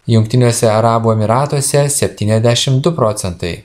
jungtiniuose arabų emyratuose septyniasdešim du procentai